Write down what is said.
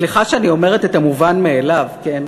סליחה שאני אומרת את המובן מאליו, כן?